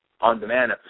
on-demand